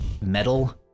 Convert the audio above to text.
metal